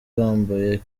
bambaye